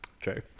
True